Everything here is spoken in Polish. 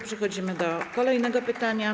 Przechodzimy do kolejnego pytania.